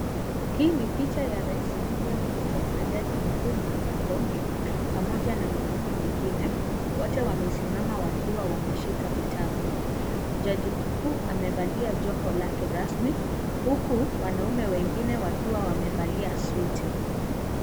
Hii ni picha ya rais William Ruto na jaji mkuu Martha Koome pamoja na mwanamme mwingine, wote wamesimama wakkwa wameshika vitabu, jaji mkuu amevalia joho lake rasmi huku wanaume wengine wakiwa wamevalia suti.